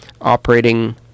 operating